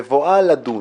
בבואה לדון